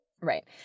Right